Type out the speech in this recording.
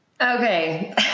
Okay